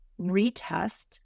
retest